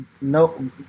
no